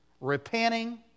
Repenting